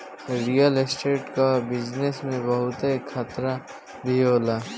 real state कअ business में बहुते खतरा भी होला